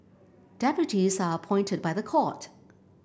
deputies are appointed by the court